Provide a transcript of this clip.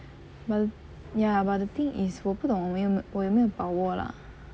but the ya but the thing is 我不懂我有没有我有没有把握 lah